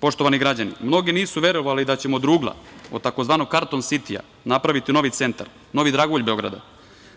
Poštovani građani, mnogi nisu verovali da ćemo od rugla od tzv. karton sitija napraviti novi centar, novi dragulj Beograda,